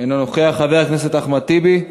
אינו נוכח, חבר הכנסת אחמד טיבי,